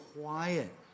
quiet